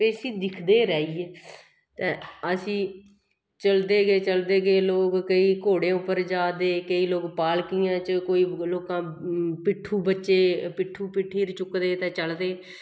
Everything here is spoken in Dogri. इसी दिखदे गै रेहिये ते असीं चलदे गे चलदे गे लोक केईं घोड़े उप्पर जा दे केईं लोक पालकियां च कोई लोकां पिट्ठू बूच्चे पिट्ठू पिट्ठी पर चुक्के दे ते चला दे